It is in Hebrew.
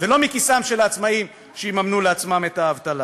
ולא מכיסם של העצמאים שיממנו לעצמם את האבטלה.